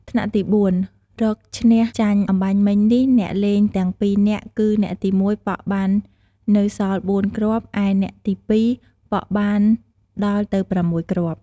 ថ្នាក់ទី៤ រកឈ្នះចាញ់ អម្បាញ់មិញនេះអ្នកលេងទាំងពីរនាក់ គឺអ្នកទី១ ប៉ក់បាននៅសល់ ៤ គ្រាប់ ឯអ្នកទី២ ប៉ក់បានដល់ទៅ ៦ គ្រាប់។